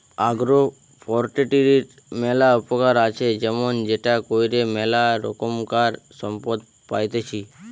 agro ফরেষ্ট্রীর ম্যালা উপকার আছে যেমন সেটা কইরে ম্যালা রোকমকার সম্পদ পাইতেছি